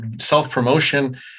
self-promotion